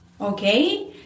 Okay